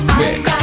mix